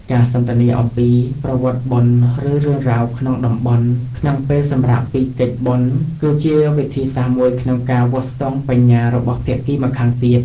ការសន្ទនាអំពី "ប្រវត្តិបុណ្យ" ឬ "រឿងរ៉ាវក្នុងតំបន់" ក្នុងពេលសម្រាកពីកិច្ចបុណ្យ គឺជាវិធីសាស្ត្រមួយក្នុងការវាស់ស្ទង់បញ្ញារបស់ភាគីម្ខាងទៀត។